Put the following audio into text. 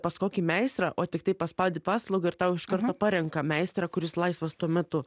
pas kokį meistrą o tiktai paspaudi paslaugą ir tau iš karto parenka meistrą kuris laisvas tuo metu